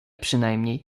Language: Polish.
przynajmniej